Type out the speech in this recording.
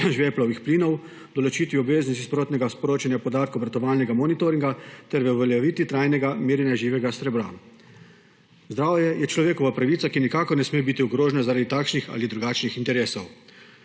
žveplovih plinov, določiti obveznost sprotnega sporočanja podatkov obratovalnega monitoringa ter v uveljavitvi trajnega merjenja živega srebra. Zdravje je človekova pravica, ki nikakor ne sme biti ogrožena zaradi takšnih ali drugačnih interesov.